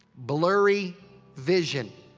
blurry vision.